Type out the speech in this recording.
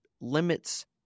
limits